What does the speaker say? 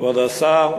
כבוד השר,